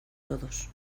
todos